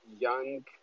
young